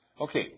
Okay